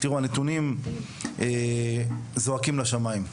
תראו, הנתונים זועקים לשמיים.